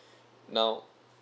now